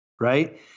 Right